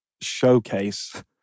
showcase